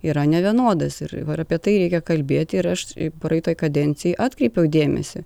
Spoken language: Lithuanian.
yra nevienodas ir apie tai reikia kalbėti ir aš praeitoj kadencijoj atkreipiau dėmesį